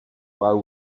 while